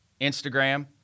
Instagram